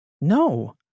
No